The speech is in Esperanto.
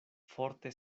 forte